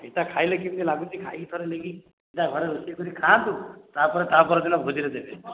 ଏଇଟା ଖାଇଲେ କେମିତି ଲାଗୁଛି ଖାଇକି ଥରେ ନେଇକି ଏଇଟା ଘରେ ରୋଷେଇ କରିକି ଖାଆନ୍ତୁ ତାପର ଦିନ ଭୋଜିରେ ଦେବେ